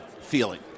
feeling